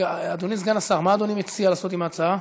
אדוני סגן השר, מה אדוני מציע לעשות עם ההצעה?